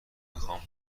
میخام